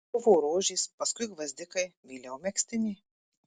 buvo rožės paskui gvazdikai vėliau megztiniai